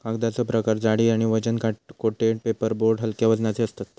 कागदाचो प्रकार जाडी आणि वजन कोटेड पेपर बोर्ड हलक्या वजनाचे असतत